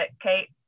kate